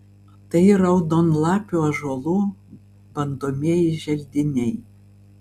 tai raudonlapių ąžuolų bandomieji želdiniai